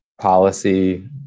policy